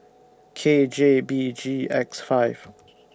K J B G X five